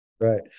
Right